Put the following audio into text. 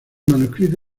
manuscrito